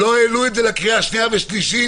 לא העלו את זה לקריאה השנייה והשלישית,